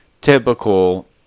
typical